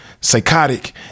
psychotic